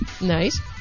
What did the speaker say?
Nice